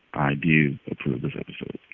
i do approve this episode.